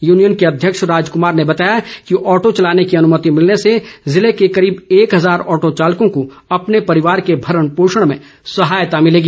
union के अध्यक्ष राजक्मार ने बताया कि ऑटो चलाने की अनुमति मिलने से जिले को करीब एक हजार ऑटो चालकों को अपने परिवार के भरण पोषण में सहायता मिलेगी